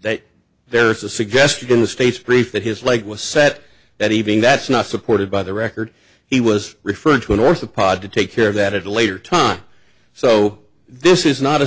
that there's a suggested in the state's brief that his leg was set that evening that's not supported by the record he was referring to an orthopod to take care of that at a later time so this is not a